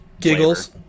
Giggles